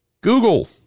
Google